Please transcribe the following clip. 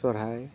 ᱥᱚᱦᱚᱨᱟᱭ